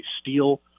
steal